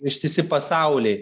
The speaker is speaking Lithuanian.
ištisi pasauliai